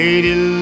Lady